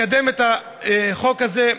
לקדם את החוק הזה,